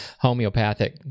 homeopathic